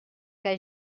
que